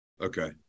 Okay